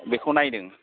बेखौ नायदों